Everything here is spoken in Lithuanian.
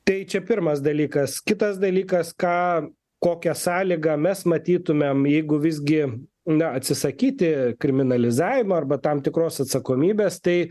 tai čia pirmas dalykas kitas dalykas ką kokią sąlygą mes matytumėm jeigu visgi na atsisakyti kriminalizavimo arba tam tikros atsakomybės tai